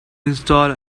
install